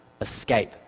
escape